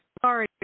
sorry